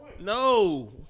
No